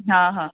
हा हा